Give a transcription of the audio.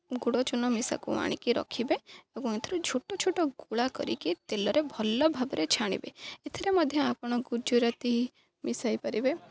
ଗୁଡ଼ ଚୁନ ମିଶାକୁ ଆଣିକି ରଖିବେ ଏବଂ ଏଥିରୁ ଛୋଟ ଛୋଟ ଗୁଳା କରିକି ତେଲରେ ଭଲ ଭାବରେ ଛାଣିବେ ଏଥିରେ ମଧ୍ୟ ଆପଣ ଗୁଜୁରାତି ମିଶାଇ ପାରିବେ